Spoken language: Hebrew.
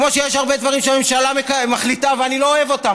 כמו שיש הרבה דברים שהממשלה מחליטה ואני לא אוהב אותם.